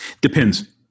depends